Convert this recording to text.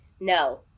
No